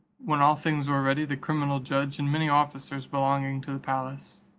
when all things were ready, the criminal judge, and many officers belonging to the palace,